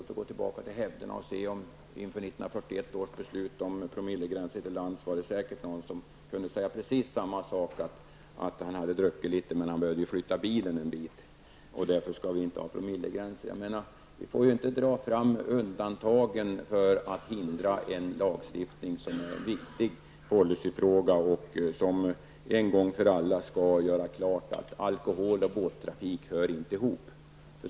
Går man tillbaka till hävderna och ser på vad som sades inför beslutet 1941 om promillegränser till lands, är jag övertygad om att man finner att någon kan ha sagt precis detsamma som nu: en person hade druckit litet, men han behövde flytta bilen en bit -- så därför skall vi inte ha promillegränser. Jag menar att man inte får ta fram undantagen för att hindra en lagstiftning som är viktig och som en gång för alla skall göra klart att alkohol och båttrafik inte hör ihop.